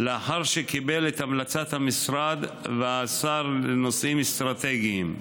לאחר שקיבל את המלצת המשרד והשר לנושאים אסטרטגיים.